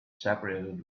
separated